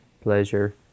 pleasure